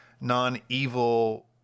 non-evil